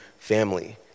family